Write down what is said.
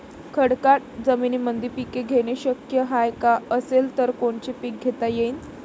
खडकाळ जमीनीमंदी पिके घेणे शक्य हाये का? असेल तर कोनचे पीक घेता येईन?